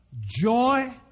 joy